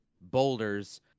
boulders